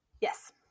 Yes